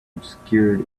obscured